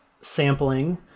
sampling